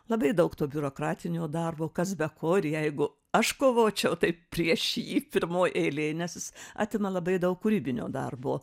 labai daug to biurokratinio darbo kas be ko ir jeigu aš kovočiau taip prieš jį pirmoj eilėj nes jis atima labai daug kūrybinio darbo